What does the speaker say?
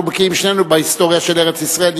אנחנו בקיאים שנינו בהיסטוריה של ארץ-ישראל.